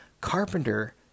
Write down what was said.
Carpenter